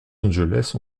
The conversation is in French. angeles